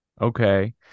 Okay